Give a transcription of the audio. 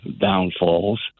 downfalls